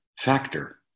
factor